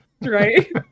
Right